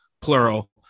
plural